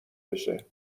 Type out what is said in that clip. بشه